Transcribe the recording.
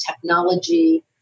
technology